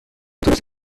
توریست